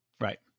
Right